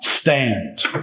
stand